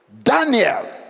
Daniel